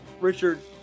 Richard